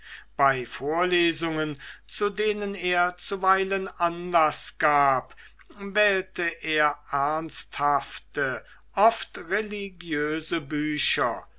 bei vorlesungen zu denen er zuweilen anlaß gab wählte er ernsthafte oft religiöse bücher